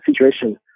situation